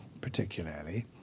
particularly